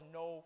no